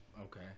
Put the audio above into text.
Okay